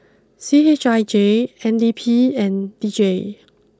C H I J N D P and D J